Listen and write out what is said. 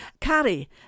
Carrie